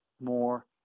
more